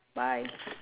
bye